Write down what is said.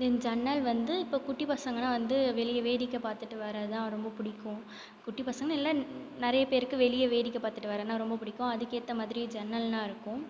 தென் ஜன்னல் வந்து இப்போ குட்டி பசங்கன்னால் வந்து வெளியே வேடிக்கை பார்த்துட்டு வரது தான் ரொம்ப பிடிக்கும் குட்டி பசங்கன்னு இல்லை நிறைய பேருக்கு வெளியே வேடிக்கை பார்த்துட்டு வரனா ரொம்ப பிடிக்கும் அதுக்கேற்ற மாதிரி ஜன்னல்னா இருக்கும்